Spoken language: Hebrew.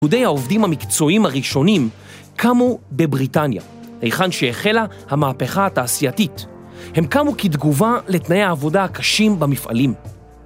גדודי העובדים המקצועיים הראשונים קמו בבריטניה, היכן שהחלה המהפכה התעשייתית. הם קמו כתגובה לתנאי העבודה הקשים במפעלים.